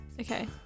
Okay